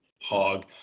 hog